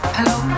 Hello